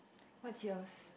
what's yours